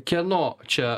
kieno čia